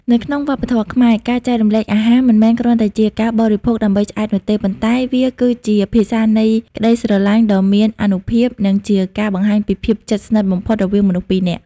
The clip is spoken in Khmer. នៅក្នុងវប្បធម៌ខ្មែរ ការចែករំលែកអាហារមិនមែនគ្រាន់តែជាការបរិភោគដើម្បីឆ្អែតនោះទេ ប៉ុន្តែវាគឺជា «ភាសានៃក្ដីស្រឡាញ់» ដ៏មានអានុភាព និងជាការបង្ហាញពីភាពជិតស្និទ្ធបំផុតរវាងមនុស្សពីរនាក់។